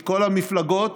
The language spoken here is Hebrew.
מכל המפלגות,